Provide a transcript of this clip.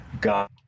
God